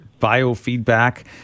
biofeedback